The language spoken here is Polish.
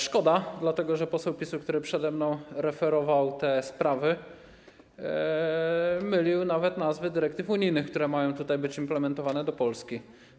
Szkoda, dlatego że poseł PiS, który przede mną referował te sprawy, mylił nawet nazwy dyrektyw unijnych, które mają być implementowane w Polsce.